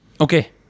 Okay